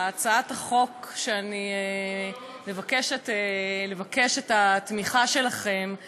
הצעת החוק שאני מבקשת את התמיכה שלכם בה,